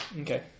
Okay